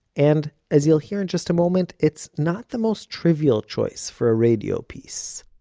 and as you'll hear in just a moment it's not the most trivial choice for a radio piece.